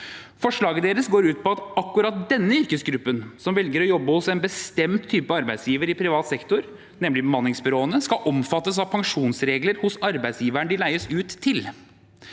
Forslaget deres går ut på at akkurat denne yrkesgruppen, som velger å jobbe hos en bestemt type arbeidsgiver i privat sektor, nemlig bemanningsbyråene, skal omfattes av pensjonsregler hos arbeidsgiveren de leies ut til.